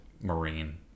marine